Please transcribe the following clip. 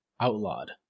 outlawed